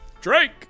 Drake